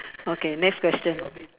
okay next question